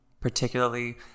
particularly